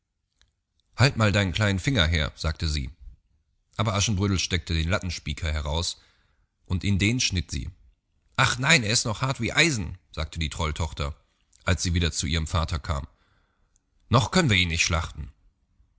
halt mal deinen kleinen finger her sagte sie aber aschenbrödel steckte den lattenspiker heraus und in den schnitt sie ach nein er ist noch hart wie eisen sagte die trolltochter als sie wieder zu ihrem vater kam noch können wir ihn nicht schlachten